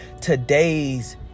today's